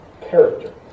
character